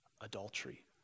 adultery